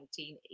1980